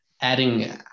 adding